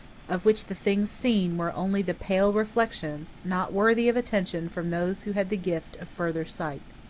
of which the things seen were only the pale reflections, not worthy of attention from those who had the gift of further sight.